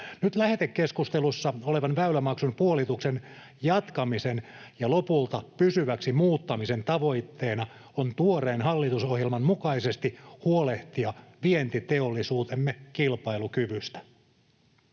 Nyt lähetekeskustelussa olevan väylämaksun puolituksen jatkamisen ja lopulta pysyväksi muuttamisen tavoitteena on tuoreen hallitusohjelman mukaisesti huolehtia vientiteollisuutemme kilpailukyvystä.